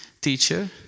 teacher